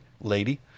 lady